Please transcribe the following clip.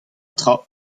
tra